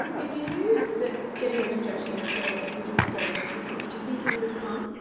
if you knew that getting registration in australia would be so difficult do you think you would have come?